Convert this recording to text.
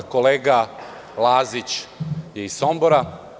Kolega Lazić je iz Sombora.